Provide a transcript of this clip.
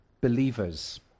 believers